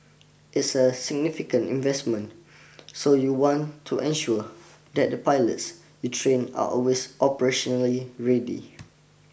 it's a significant investment so you want to ensure that the pilots you train are always operationally ready